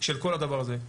של כל הדבר הזה,